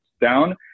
down